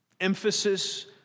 emphasis